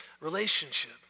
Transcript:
relationship